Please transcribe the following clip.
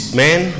man